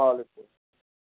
وعلیکم